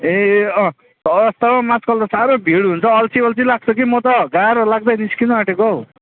ए तब म आजकल त साह्रै भिड हुन्छ हौ अल्छी अल्छी लाग्छ कि म त गाह्रो लाग्दै निस्किनु आँटेको हौ